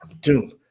doom